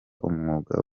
umwuga